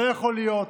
לא יכול להיות